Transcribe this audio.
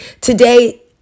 Today